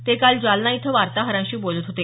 ते काल जालना इथं वार्ताहरांशी बोलत होते